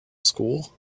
school